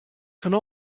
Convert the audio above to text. fan